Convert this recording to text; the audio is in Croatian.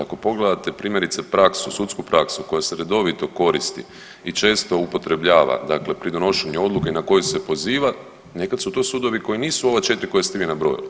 Ako pogledate primjerice praksu, sudsku praksu koja se redovito koristi i često upotrebljava, dakle pri donošenju odluka i na koju se poziva, nekad su to sudovi koji nisu ova 4 koja ste vi nabrojali.